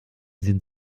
sind